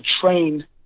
train